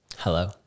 hello